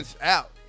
out